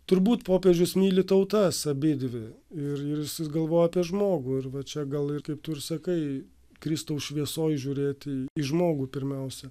turbūt popiežius myli tautas abidvi ir ir jis vis galvoja apie žmogų ir va čia gal ir kaip tu ir sakai kristaus šviesoj žiūrėti į žmogų pirmiausia